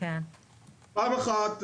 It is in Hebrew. פעם אחת,